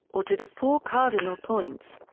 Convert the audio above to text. or to the four cardinal points.